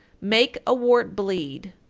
make a wart bleed,